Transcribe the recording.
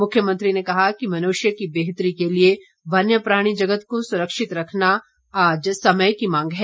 मुख्यमंत्री ने कहा कि मनुष्य की बेहतरी के लिए वन्य प्राणी जगत को सुरक्षित रखना आज समय की मांग है